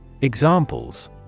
Examples